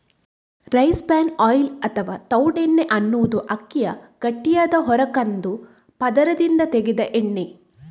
rice bran oil ಅಥವಾ ತವುಡೆಣ್ಣೆ ಅನ್ನುದು ಅಕ್ಕಿಯ ಗಟ್ಟಿಯಾದ ಹೊರ ಕಂದು ಪದರದಿಂದ ತೆಗೆದ ಎಣ್ಣೆ